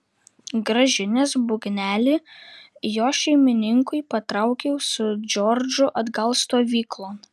grąžinęs būgnelį jo šeimininkui patraukiau su džordžu atgal stovyklon